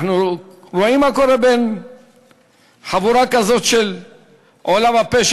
אנחנו רואים מה קורה בין חבורה כזאת של עולם הפשע,